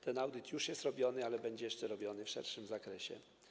Ten audyt już jest robiony, ale będzie jeszcze robiony w szerszym zakresie.